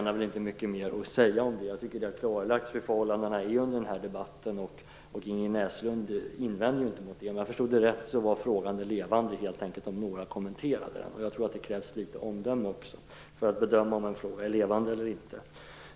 Förhållandena har klarlagts under denna debatt. Ingrid Näslund invände inte mot det. Om jag förstod det rätt är frågan levande om någon kommenterar den. Jag tror att det krävs litet omdöme också för att avgöra om en fråga är levande eller inte.